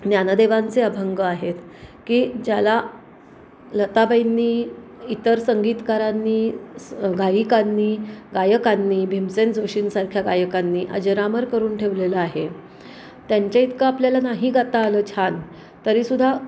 ज्ञानदेवांचे अभंग आहेत की ज्याला लताबाईंनी इतर संगीतकारांनी स गायिकांनी गायकांनी भीमसेन जोशींसारख्या गायकांनी अजरामर करून ठेवलेलं आहे त्यांच्याइतकं आपल्याला नाही गाता आलं छान तरीसुद्धा